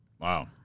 Wow